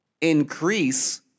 increase